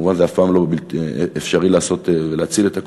כמובן זה בלתי אפשרי להציל את הכול,